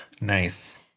Nice